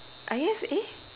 I guess eh